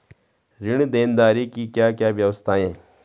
ऋण देनदारी की क्या क्या व्यवस्थाएँ हैं?